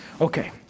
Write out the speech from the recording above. Okay